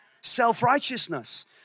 self-righteousness